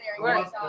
right